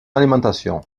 alimentation